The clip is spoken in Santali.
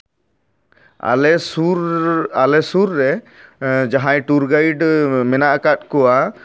ᱟᱞᱮ ᱥᱩᱨ ᱟᱞᱮ ᱥᱩᱨ ᱨᱮ ᱡᱟᱦᱟᱸᱭ ᱴᱩᱨ ᱜᱟᱭᱤᱰ ᱢᱮᱱᱟᱜ ᱟᱠᱟᱜ ᱠᱚᱣᱟ